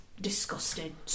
disgusting